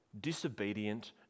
disobedient